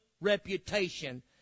reputation